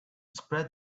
spread